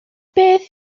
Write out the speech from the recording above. beth